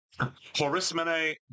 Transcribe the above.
horismene